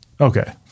okay